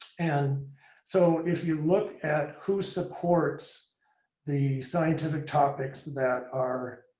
and so if you look at who supports the scientific topics that are